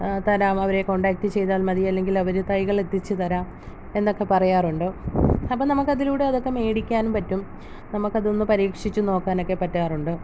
തരാം അവരെ കോൺടാക്റ്റ് ചെയ്താൽ മതി അല്ലങ്കിൽ അവര് തൈകളെത്തിച്ച് തരാം എന്നൊക്കെ പറയാറുണ്ട് അപ്പം നമുക്ക് അതിലൂടെ അതൊക്കെ മേടിക്കാൻ പറ്റും നമുക്കതൊന്ന് പരീക്ഷിച്ചുനോക്കാനൊക്കെ പറ്റാറുണ്ട്